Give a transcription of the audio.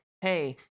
hey